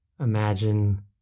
imagine